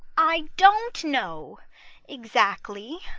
i don't know exactly,